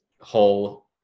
whole